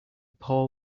poor